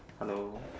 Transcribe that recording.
hello